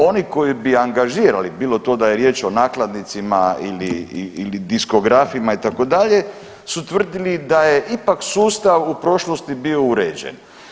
Oni koji bi angažirali, bilo to da je riječ o nakladnicima ili diskografima itd. su tvrdili da je ipak sustav u prošlosti bio uređen.